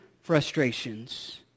frustrations